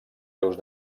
seus